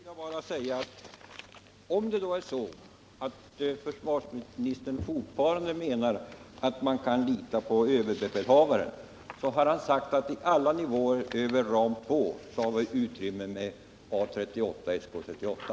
Herr talman! Jag vill bara säga följande: Jag hoppas att försvarsministern fortfarande litar på överbefälhavaren. Han har sagt att vi på alla nivåer över ram 2 har utrymme för SK 38/A 38.